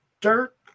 dirt